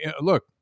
look